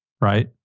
right